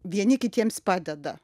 vieni kitiems padeda